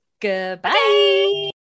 Goodbye